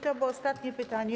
To było ostatnie pytanie.